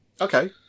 Okay